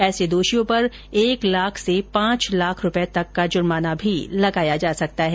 ऐसे दोषियों पर एक लाख से पांच लाख रूपए तक का जुर्माना भी लगाया जा सकता है